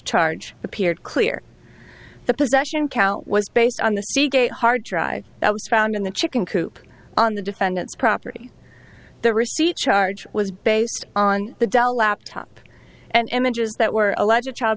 charge appeared clear the possession count was based on the seagate hard drive that was found in the chicken coop on the defendant's property the receipt charge was based on the dell laptop and images that were a legit child